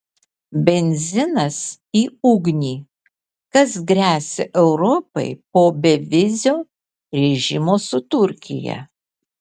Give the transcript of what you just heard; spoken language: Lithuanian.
benzinas į ugnį kas gresia europai po bevizio režimo su turkija